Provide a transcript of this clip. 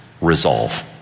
resolve